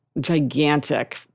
gigantic